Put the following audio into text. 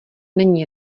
není